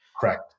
Correct